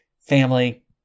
family